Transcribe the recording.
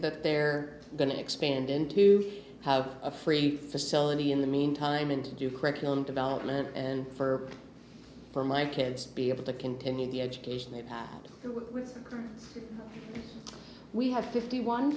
they're going to expand into have a free facility in the meantime and to do curriculum development and for for my kids be able to continue the education that we have fifty one